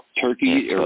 Turkey